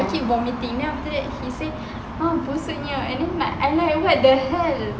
I keep vomiting then after that he say !huh! busuknya and then like I like what the hell